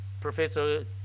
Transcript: Professor